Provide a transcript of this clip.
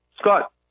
scott